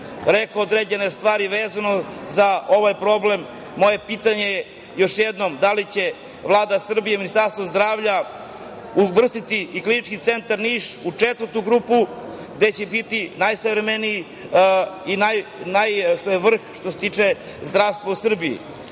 rekao određene stvari vezano za ovaj problem. Još jednom, moje pitanje je da li će Vlada Srbije, Ministarstvo zdravlja, uvrstiti i Klinički centar Niš u četvrtu grupu, gde će biti najsavremeniji i što je vrh, što se tiče zdravstva u Srbiji? Mislim